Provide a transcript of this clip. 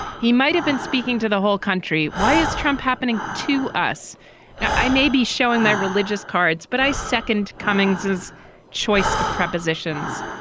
he might have been speaking to the whole country. why is trump happening to us now. i may be showing my religious cards but i second cummings's choice of prepositions.